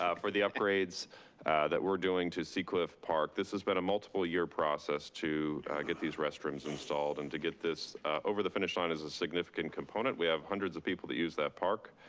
ah for the upgrades that we're doing to seacliff park. this has been a multiple year process to get these restrooms installed, and to get this over the finish line is a significant component. we have hundreds of people that use that park.